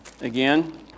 Again